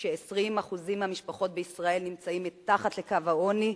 כש-20% מהמשפחות בישראל נמצאות מתחת לקו העוני,